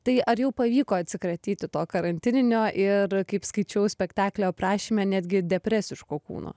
tai ar jau pavyko atsikratyti to karantininio ir kaip skaičiau spektaklio aprašyme netgi depresiško kūno